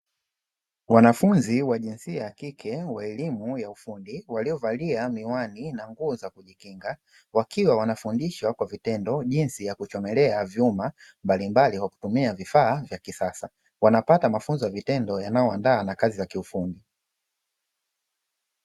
Wanafunzi wa jinsia ya kike wa elimu ya ufundi waliovalia miwani na nguo za kujikinga, wakiwa wanafundishwa kwa vitendo jinsi ya kuchomelea vyuma mbalimbali kwa kutumia vifaa vya kisasa. Wanapata mafunzo ya vitendo yanayowaandaa na kazi za kiufundi.